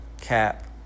cap